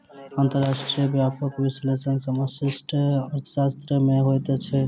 अंतर्राष्ट्रीय व्यापारक विश्लेषण समष्टि अर्थशास्त्र में होइत अछि